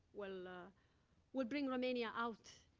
will ah will bring romania out.